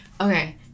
okay